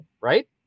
right